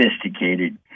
sophisticated